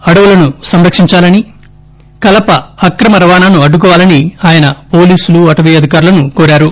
అడవులను సంరకించాలని కలప అక్రమ రవాణాను అడ్డుకోవాలని ఆయన పోలీసులు అటవీ అధికారులను కోరారు